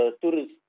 tourists